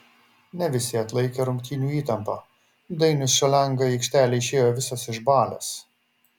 ne visi atlaikė rungtynių įtampą dainius šalenga į aikštę įėjo visas išbalęs